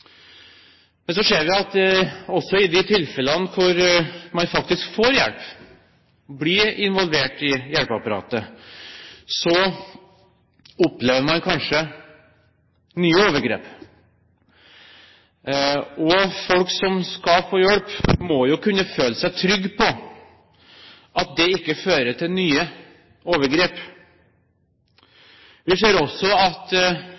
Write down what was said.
Men så ser vi at også i de tilfellene hvor man faktisk får hjelp og blir involvert i hjelpeapparatet, opplever man kanskje nye overgrep. Folk som skal få hjelp, må jo kunne føle seg trygge på at det ikke fører til nye overgrep. Vi ser også at